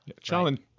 Challenge